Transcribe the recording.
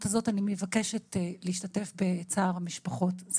הזו אני מבקשת להשתתף בצער המשפחות,